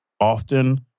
often